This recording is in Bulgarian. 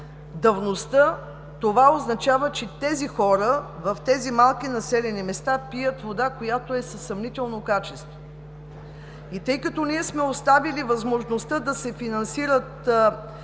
това означава, че тези хора в тези малки населени места пият вода, която е със съмнително качество. И тъй като ние сме оставили възможността да се финансират